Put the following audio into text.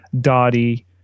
Dottie